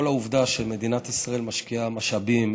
כל העובדה שמדינת ישראל משקיעה משאבים,